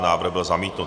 Návrh byl zamítnut.